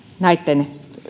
näitten